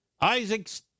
Isaac's